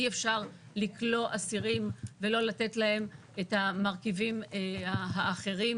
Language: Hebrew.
אי אפשר לכלוא אסירים ולא לתת להם את המרכיבים האחרים,